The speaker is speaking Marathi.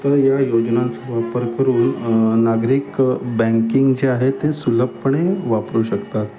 तर या योजनांचा वापर करून नागरिक बँकिंग जे आहे ते सुलभपणे वापरू शकतात